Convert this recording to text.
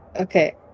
Okay